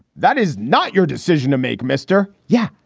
that is not your decision to make. mr. yeah,